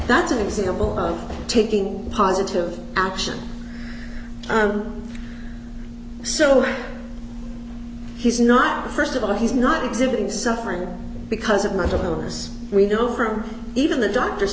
that's an example of taking positive action i'm so he's not st of all he's not exhibiting suffering because of mental illness we know from even the doctor